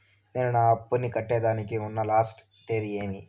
నేను నా అప్పుని కట్టేదానికి ఉన్న లాస్ట్ తేది ఏమి?